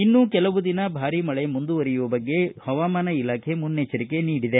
ಇನ್ನೂ ಕೆಲವು ದಿನ ಭಾರೀ ಮಳೆ ಮುಂದುವರಿಯುವ ಬಗ್ಗೆ ಹವಾಮಾನ ಇಲಾಖೆ ಮುನ್ನೆಚ್ವರಿಕೆ ನೀಡಿದೆ